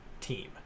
team